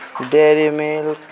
dairy milk